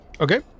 Okay